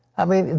i mean,